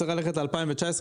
צריך ללכת לשנת 2019,